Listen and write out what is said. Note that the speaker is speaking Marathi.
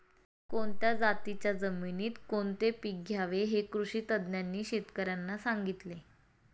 कोणत्या जातीच्या जमिनीत कोणते पीक घ्यावे हे कृषी तज्ज्ञांनी शेतकर्यांना सांगितले